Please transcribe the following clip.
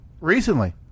Recently